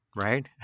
right